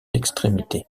extrémités